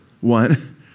one